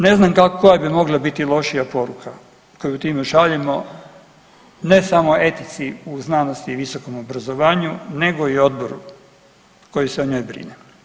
Ne znam koja bi mogla biti lošija poruka koju time šaljemo ne samo etici u znanosti i visokom obrazovanju nego i odboru koji se o njoj brine.